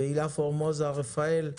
והילה פורמוזה רפאל,